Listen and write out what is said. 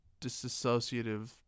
disassociative